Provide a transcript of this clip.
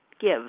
give